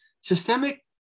systemic